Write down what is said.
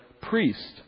priest